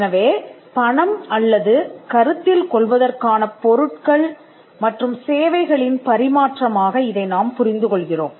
எனவே பணம் அல்லது கருத்தில் கொள்வதற்கான பொருட்கள் மற்றும் சேவைகளின் பரிமாற்றமாக இதை நாம் புரிந்து கொள்கிறோம்